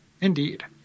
Indeed